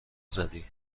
زدی